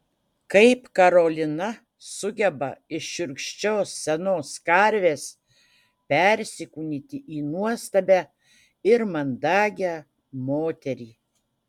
kaip karolina sugeba iš šiurkščios senos karvės persikūnyti į nuostabią ir mandagią moterį